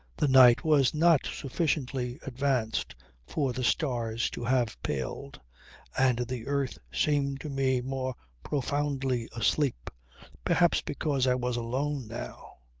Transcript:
the night was not sufficiently advanced for the stars to have paled and the earth seemed to me more profoundly asleep perhaps because i was alone now.